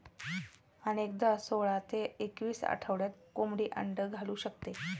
अनेकदा सोळा ते एकवीस आठवड्यात कोंबडी अंडी घालू शकते